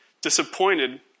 disappointed